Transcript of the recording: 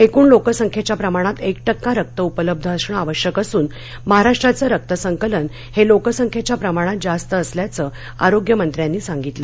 एकूण लोकसंख्येच्या प्रमाणात एक विका रक्त उपलब्ध असण आवश्यक असून महाराष्ट्राचं रक्तसंकलन हे लोकसंख्येच्या प्रमाणात जास्त असल्याचं आरोग्यमंत्र्यांनी सांगितले